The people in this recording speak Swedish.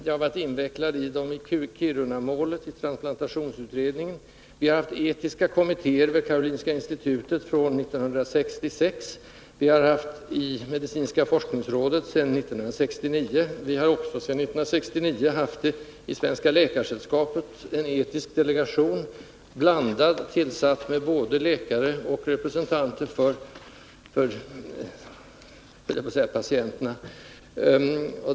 Jag har varit invecklad i dem i Kirunamålet, och i transplantationsutredningen. Vi har haft etiska kommittéer vid Karolinska institutet från 1966 och i medicinska forskningsrådet sedan 1969. Vi har också sedan 1969 i Svenska läkaresällskapet haft en etisk delegation med blandad sammansättning genom både läkare och representanter för låt mig säga patienterna.